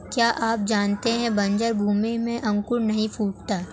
क्या आप जानते है बन्जर भूमि में अंकुर नहीं फूटता है?